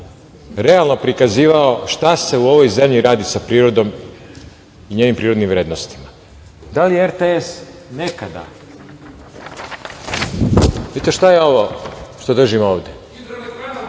realno prikazivao šta se u ovoj zemlji radi sa prirodom i njenim prirodnim vrednostima? Da li je RTS nekada… Vidite šta je ovo što držim ovde. Ovo je